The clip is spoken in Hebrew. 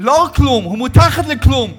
לא רק כלום, הוא מתחת לכלום.